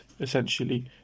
essentially